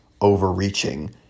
overreaching